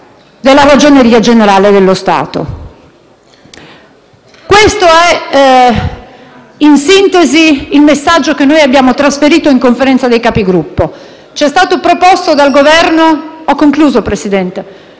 della Ragioneria generale dello Stato. Questo è, in sintesi, il messaggio che noi abbiamo trasferito in Conferenza dei Capigruppo. Ci è stato proposto dal Governo un termine